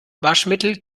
waschmittel